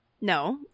No